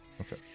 Okay